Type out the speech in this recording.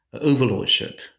overlordship